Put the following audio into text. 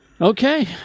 Okay